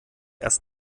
erst